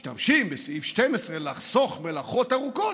משתמשים בסעיף 12 לחסוך מלאכות ארוכות,